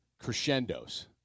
Crescendos